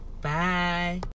Bye